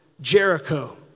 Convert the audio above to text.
Jericho